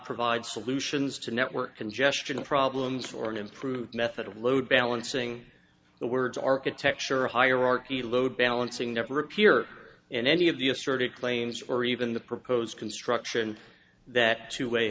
provide solutions to network congestion problems or an improved method of load balancing the words architecture or hierarchy load balancing never appear in any of the assorted claims or even the proposed construction that two way